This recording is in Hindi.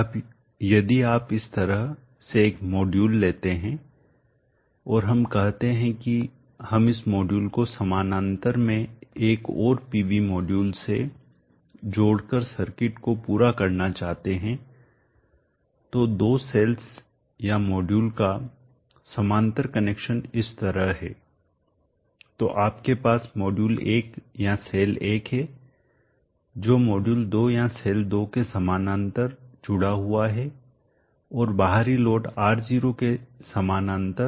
अब यदि आप इस तरह से एक मॉड्यूल लेते हैं और हम कहते हैं कि हम इस मॉड्यूल को समानांतर में एक और PV मॉड्यूल से जोड़कर सर्किट को पूरा करना चाहते हैं तो दो सेल्स या मॉड्यूल का समानांतर कनेक्शन इस तरह है तो आपके पास मॉड्यूल 1 या सेल 1 है जो मॉड्यूल 2 या सेल 2 के समानांतर जुड़ा हुआ है और बाहरी लोड R0 के समानांतर